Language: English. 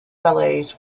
ballets